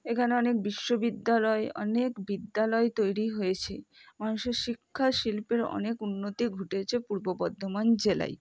এখানে অনেক বিশ্ববিদ্যালয় অনেক বিদ্যালয় তৈরি হয়েছে মানুষের শিক্ষা শিল্পের অনেক উন্নতি ঘটেছে পূর্ব বর্ধমান জেলায়